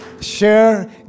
Share